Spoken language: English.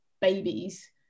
babies